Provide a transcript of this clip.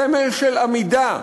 סמל של עמידה.